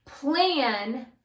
Plan